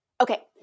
Okay